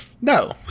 No